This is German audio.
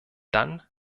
dann